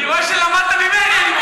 אני רואה שלמדת ממני.